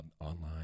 online